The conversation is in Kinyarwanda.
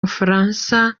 bufaransa